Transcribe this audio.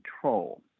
control